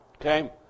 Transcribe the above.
Okay